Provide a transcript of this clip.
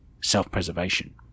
self-preservation